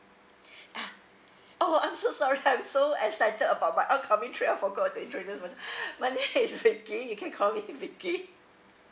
ah oh I'm so sorry I'm so excited about my upcoming trip I forgot to introduce myself my name is vicky you can call me vicky